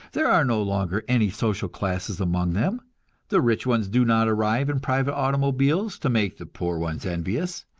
there are no longer any social classes among them the rich ones do not arrive in private automobiles, to make the poor ones envious,